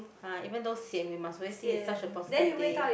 !huh! even though sian we must always think it's a positive day